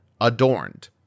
adorned